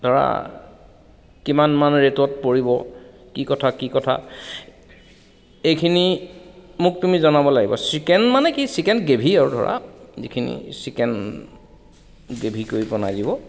ধৰা কিমানমান ৰে'টত পৰিব কি কথা কি কথা এইখিনি মোক তুমি জনাব লাগিব চিকেন মানে কি চিকেন গ্ৰেভী আৰু ধৰা যিখিনি চিকেন গ্ৰেভী কৰি বনাই দিব